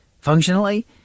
Functionally